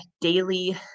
daily